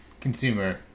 consumer